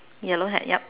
yellow hat yup